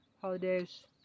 holidays